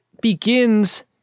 begins